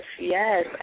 yes